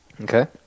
Okay